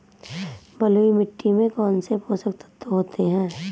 बलुई मिट्टी में कौनसे पोषक तत्व होते हैं?